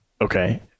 okay